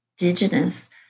indigenous